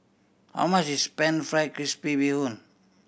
how much is Pan Fried Crispy Bee Hoon